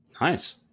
Nice